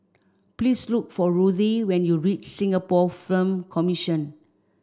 please look for Ruthie when you reach Singapore Film Commission